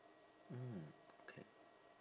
mm okay